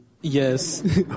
Yes